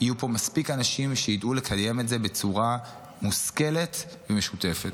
יהיו פה מספיק אנשים שידעו לקיים את זה בצורה מושכלת ומשותפת.